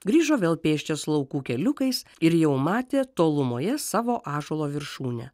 grįžo vėl pėsčias laukų keliukais ir jau matė tolumoje savo ąžuolo viršūnę